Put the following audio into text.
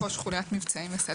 ראש חוליית מבצעים וסד"צ.